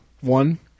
One